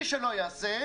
מי שלא יעשה,